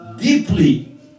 deeply